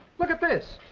look at this!